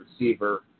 receiver